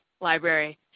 Library